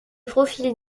profils